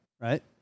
Right